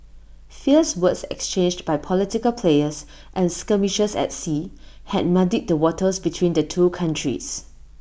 fierce words exchanged by political players and skirmishes at sea had muddied the waters between the two countries